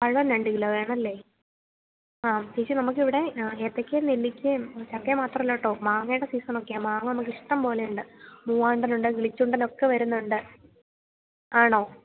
പഴം രണ്ട് കിലോ വേണമല്ലെ ആ ചേച്ചി നമുക്ക് ഇവിടെ ഏത്തയ്ക്കയും നെല്ലിക്കയും ചക്കയും മാത്രമല്ല കേട്ടോ മാങ്ങയുടെ സീസണൊക്കെയാണ് മാങ്ങ നമുക്ക് ഇഷ്ടം പോലെ ഉണ്ട് മൂവാണ്ടനുണ്ട് കിളിച്ചുണ്ടനൊക്കെ വരുന്നുണ്ട് ആണോ